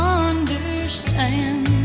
understand